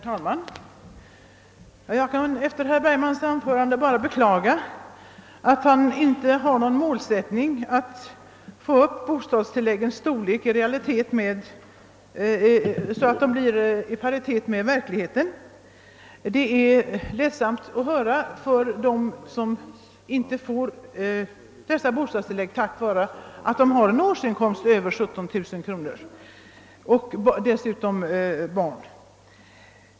Herr talman! Efter att ha lyssnat på herr Bergmans anförande kan jag nu bara beklaga att herr Bergman inte har någon målsättning för att öka bostadstilläggen så att de kommer i paritet med vad verkligheten fordrar. För de barnfamiljer som inte får bostadstillägg därför att de har en årsinkomst som överstiger 17 000 kronor är detta mycket ledsamt.